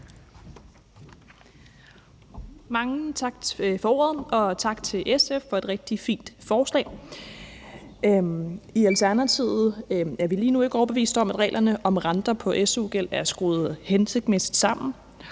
Mange tak for ordet, og tak til SF for et rigtig fint forslag. I Alternativet er vi lige nu ikke overbeviste om, at reglerne om renter på su-gæld er skruet hensigtsmæssigt sammen,